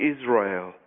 Israel